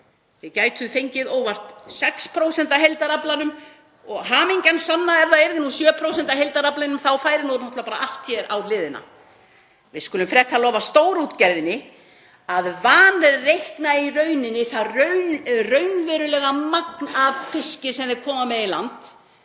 við gætum fengið óvart 6% af heildaraflanum og hamingjan sanna ef það yrðu nú 7% af heildaraflanum, þá færi náttúrlega allt á hliðina. Við skulum frekar lofa stórútgerðinni að vanreikna það raunverulega magn af fiski sem þeir koma með í land